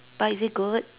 but is it good